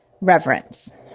reverence